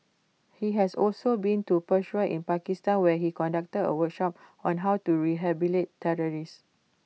he has also been to Peshawar in Pakistan where he conducted A workshop on how to rehabilitate terrorists